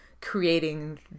creating